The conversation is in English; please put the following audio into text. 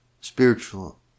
spiritual